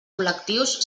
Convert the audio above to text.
col·lectius